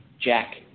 jack